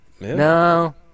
No